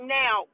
now